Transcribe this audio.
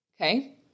Okay